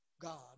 God